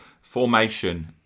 Formation